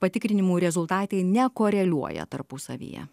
patikrinimų rezultatai nekoreliuoja tarpusavyje